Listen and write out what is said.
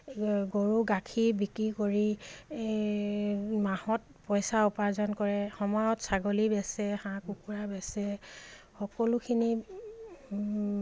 গৰু গাখীৰ বিক্ৰী কৰি মাহত পইচা উপাৰ্জন কৰে সময়ত ছাগলী বেচে হাঁহ কুকুৰা বেচে সকলোখিনি